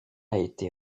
été